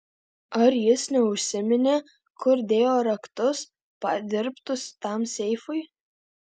ar jis neužsiminė kur dėjo raktus padirbtus tam seifui